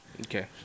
Okay